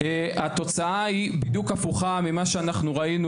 התוצאה היא בדיוק הפוכה ממה שאנחנו ראינו